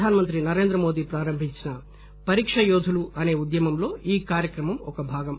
ప్రధాన మంత్రి నరేంద్ర మోదీ ప్రారంభించిన పరీక్ష యోధులు అసే ఉద్యమంలో ఈ కార్యక్రమం ఒక భాగం